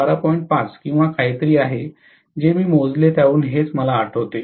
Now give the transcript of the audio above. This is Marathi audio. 5 किंवा काहीतरी आहे जे मी मोजले त्यावरून हेच आठवते